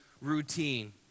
routine